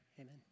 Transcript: Amen